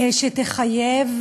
שתחייב